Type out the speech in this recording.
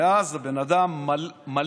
מאז הבן אדם מלא